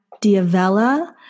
Diavella